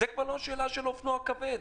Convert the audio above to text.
אבל זאת כבר לא שאלה של אופנוע כבד,